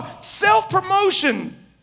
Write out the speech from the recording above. self-promotion